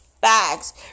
bags